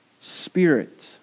spirit